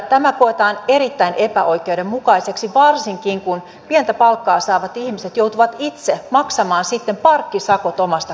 tämä koetaan erittäin epäoikeudenmukaiseksi varsinkin kun pientä palkkaa saavat ihmiset joutuvat itse maksamaan sitten parkkisakot omasta kukkarostaan